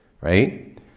Right